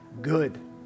good